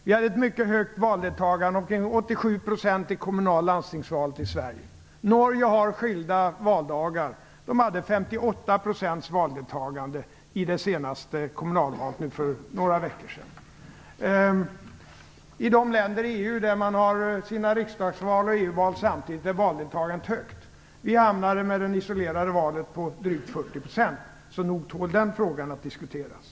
Vi hade ett mycket högt valdeltagande, 87 %, i kommunal och landstingsvalet i Sverige. Norge har skilda valdagar. De hade ett valdeltagande på 58 % i det senaste kommunalvalet för några veckor sedan. I de länder i EU där man har sina riksdagsval och EU-val samtidigt är valdeltagandet högt. Vi hamnade på drygt 40 % med det isolerade valet. Det frågan tål nog att diskuteras.